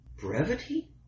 Brevity